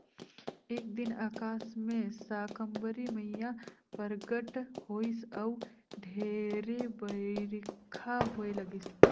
एक दिन अकास मे साकंबरी मईया परगट होईस अउ ढेरे बईरखा होए लगिस